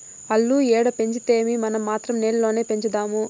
ఆల్లు ఏడ పెంచితేమీ, మనం మాత్రం నేల్లోనే పెంచుదాము